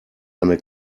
eine